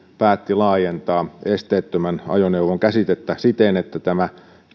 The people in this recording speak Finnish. päätti laajentaa esteettömän ajoneuvon käsitettä siten että tämä